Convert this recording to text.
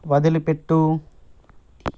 వదిలిపెట్టు